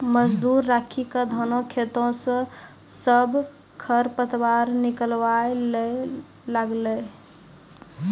मजदूर राखी क धानों खेतों स सब खर पतवार निकलवाय ल लागलै